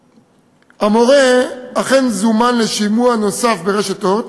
המורה אכן זומן לשימוע נוסף ברשת "אורט".